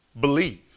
believe